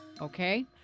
Okay